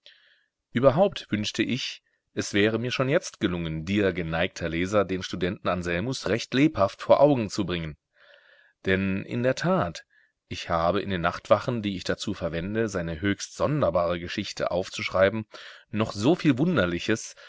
überhaupt wünschte ich es wäre mir schon jetzt gelungen dir geneigter leser den studenten anselmus recht lebhaft vor augen zu bringen denn in der tat ich habe in den nachtwachen die ich dazu verwende seine höchst sonderbare geschichte aufzuschreiben noch so viel wunderliches